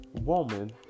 woman